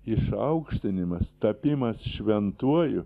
išaukštinimas tapimas šventuoju